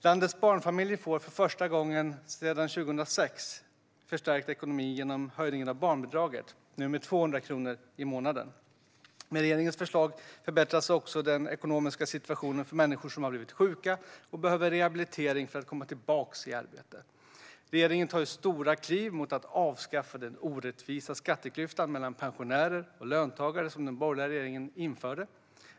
Landets barnfamiljer får för första gången sedan 2006 förstärkt ekonomi genom höjningen av barnbidraget, nu med 200 kronor i månaden. Med regeringens förslag förbättras också den ekonomiska situationen för människor som har blivit sjuka och behöver rehabilitering för att komma tillbaka i arbete. Regeringen tar stora kliv mot att avskaffa den orättvisa skatteklyftan mellan pensionärer och löntagare, som den borgerliga regeringen införde.